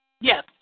yes